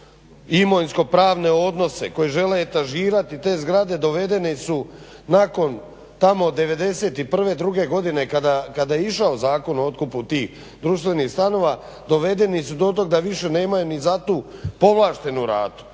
imovinskopravne odnose, koji žele etažirati te zgrade dovedeni su nakon tamo '91., '92. godine kada je išao zakon o otkupu tih društvenih stanova, dovedeni su do tog da više nemaju ni za tu povlaštenu ratu